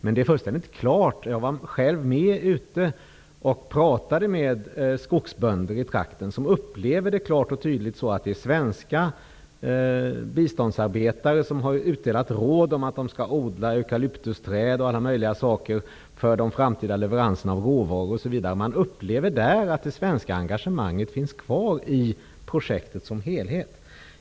Jag pratade dock själv med skogsbönder i trakten som sade att svenska biståndsarbetare har utdelat råd om att bönderna skall odla t.ex. eukalyptusträd för de framtida leveranserna av råvaror. Bönderna upplever att det svenska engagemanget finns kvar i projektet som helhet.